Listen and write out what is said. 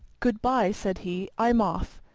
good-bye, said he, i'm off.